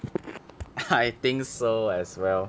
I think so as well